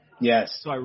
Yes